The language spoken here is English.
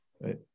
Right